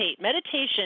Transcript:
Meditation